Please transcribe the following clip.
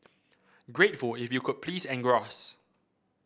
grateful if you could please engross